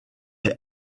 est